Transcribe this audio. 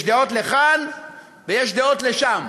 יש דעות לכאן ויש דעות לשם.